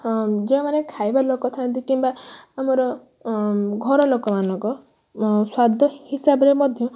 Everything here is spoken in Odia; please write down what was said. ଆ ଯେଉଁମାନେ ଖାଇବା ଲୋକ ଥାନ୍ତି କିମ୍ବା ଆମର ଘର ଲୋକ ମାନଙ୍କ ଆ ସ୍ୱାଦ ହିସାବରେ ମଧ୍ୟ